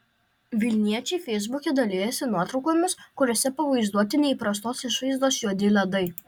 vilniečiai feisbuke dalijasi nuotraukomis kuriose pavaizduoti neįprastos išvaizdos juodi ledai